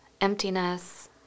emptiness